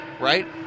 Right